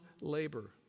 labor